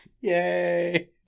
Yay